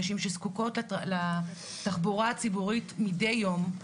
נשים שזקוקות לתחבורה הציבורית מדי יום.